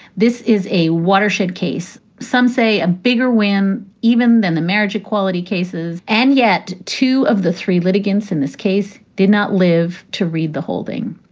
this is a watershed case. some say a bigger win even than the marriage equality cases. and yet two of the three litigants in this case did not live to read the holding.